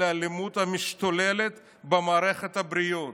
על האלימות המשתוללת במערכת הבריאות.